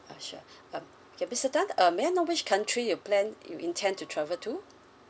ah sure uh okay mister tan uh may I know which country you plan you intend to travel to